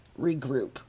regroup